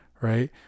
right